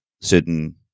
certain